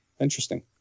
Interesting